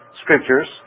scriptures